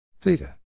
Theta